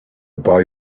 boy